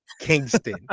Kingston